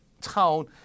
town